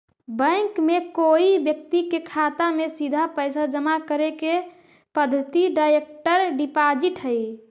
bank में कोई व्यक्ति के खाता में सीधा पैसा जमा करे के पद्धति डायरेक्ट डिपॉजिट हइ